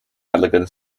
elegant